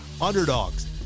underdogs